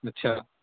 अच्छा